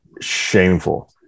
shameful